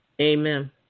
Amen